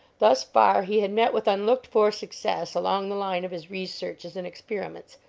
thus far he had met with unlooked-for success along the line of his researches and experiments,